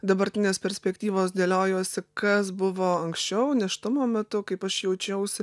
dabartinės perspektyvos dėliojuosi kas buvo anksčiau nėštumo metu kaip aš jaučiausi